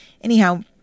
Anyhow